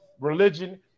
religion